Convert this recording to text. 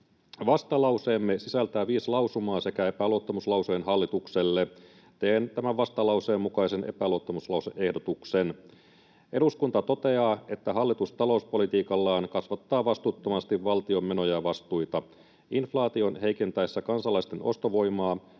Vastalauseemme sisältää viisi lausumaa sekä epäluottamuslauseen hallitukselle. Teen tämän vastalauseen mukaisen epäluottamuslause-ehdotuksen: ”Eduskunta toteaa, että hallitus talouspolitiikallaan kasvattaa vastuuttomasti valtion menoja ja vastuita. Inflaation heikentäessä kansalaisten ostovoimaa